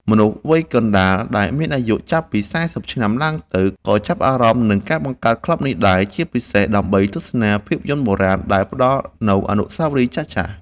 មនុស្សវ័យកណ្ដាល ដែលមានអាយុចាប់ពី ៤០ ឆ្នាំឡើងទៅ ក៏ចាប់អារម្មណ៍នឹងការបង្កើតក្លឹបនេះដែរ ជាពិសេសដើម្បីទស្សនាភាពយន្តបុរាណដែលផ្ដល់នូវអនុស្សាវរីយ៍ចាស់ៗ។